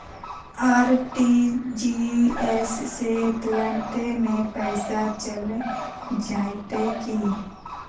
RTGS से तुरंत में पैसा चल जयते की?